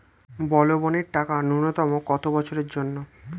বলবনের টাকা ন্যূনতম কত বছরের জন্য?